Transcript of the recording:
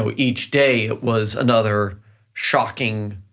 so each day was another shocking